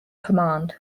command